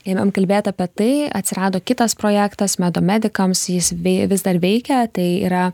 ėmėm kalbėt apie tai atsirado kitas projektas medo medikams jis vei vis dar veikia tai yra